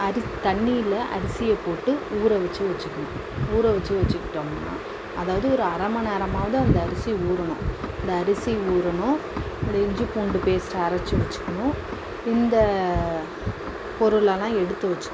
தண்ணியில் அரிசியை போட்டு ஊற வைச்சு வைச்சுக்கணும் ஊற வைச்சு வைச்சுக்கிட்டோம்னா அதாவது ஒரு அரை மணி நேரமாவது அந்த அரிசி ஊறணும் அந்த அரிசி ஊறணும் அதில் இஞ்சி பூண்டு பேஸ்ட் அரைத்து வைச்சுக்கணும் இந்த பொருளெலலாம் எடுத்து வைச்சுக்கணும்